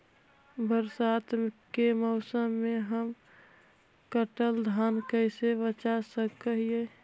बरसात के मौसम में हम कटल धान कैसे बचा सक हिय?